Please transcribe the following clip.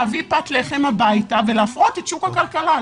להביא פת לחם הביתה ולהפרות את שוק הכלכלה.